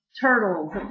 turtles